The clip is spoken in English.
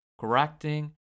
correcting